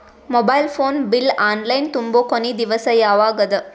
Mobile phone bill online ತುಂಬೊ ಕೊನಿ ದಿವಸ ಯಾವಗದ?